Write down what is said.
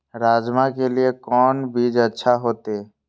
राजमा के लिए कोन बीज अच्छा होते?